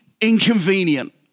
inconvenient